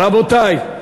רבותי,